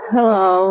Hello